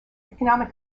economic